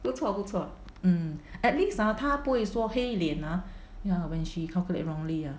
不错不错 mm at least ah 他不会说黑脸 ah ya when she calculate wrongly ya